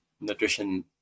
nutrition